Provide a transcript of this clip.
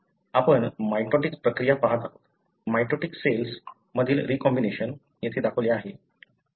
आपण मियोटिक प्रक्रिया पाहत आहोत मियोटिक सेल्स मधील रीकॉम्बिनेशन येथे दाखवले आहे